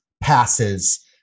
passes